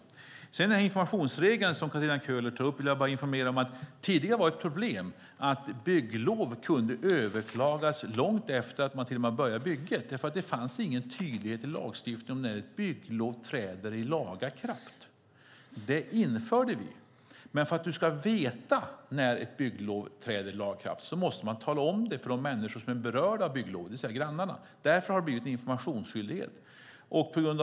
När det gäller den informationsregel som Katarina Köhler tog upp vill jag informera om att det tidigare var problem med att bygglov kunde överklagas, till och med långt efter det att bygget startat. Det fanns ingen tydlighet i lagstiftningen om när ett bygglov vann laga kraft. Det införde vi. För att man ska veta när ett bygglov vinner laga kraft måste man tala om det för de människor som är berörda av bygglovet, det vill säga grannarna. Därför har informationsskyldigheten införts.